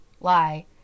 lie